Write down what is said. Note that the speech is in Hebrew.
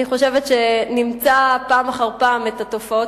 אני חושבת שנמצא פעם אחר פעם את התופעות